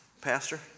pastor